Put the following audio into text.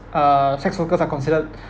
uh sex workers are considered